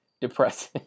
depressing